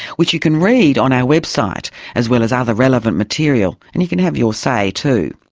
which you can read on our website as well as other relevant material, and you can have your say too.